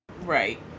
Right